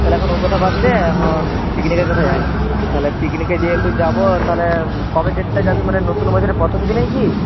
ছাড় এখন ও কথা বাদ দে এখন পিকনিকের কথায় আয় তাহলে পিকনিকে যেহেতু যাব তাহলে কবে ডেটটা যাবি মানে নতুন বছরের প্রথম দিনেই কি